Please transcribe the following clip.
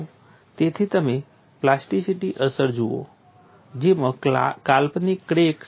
તેથી તમે પ્લાસ્ટિસિટી અસર જુઓ જેમાં કાલ્પનિક ક્રેક શામેલ છે